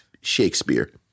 Shakespeare